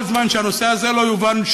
כל זמן שהנושא הזה לא יובן,